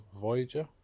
Voyager